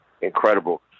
incredible